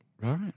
Right